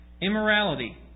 immorality